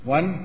One